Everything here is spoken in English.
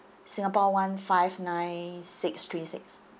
singapore one five nine six three six